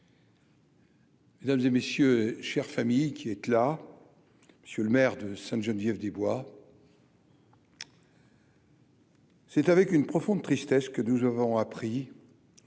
Mesdames et messieurs, chers famille qui était là, monsieur le maire de Sainte-Geneviève des Bois. C'est avec une profonde tristesse que nous avons appris,